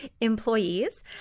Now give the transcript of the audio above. employees